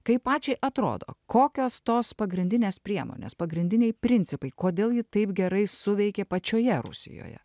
kaip pačiai atrodo kokios tos pagrindinės priemonės pagrindiniai principai kodėl ji taip gerai suveikė pačioje rusijoje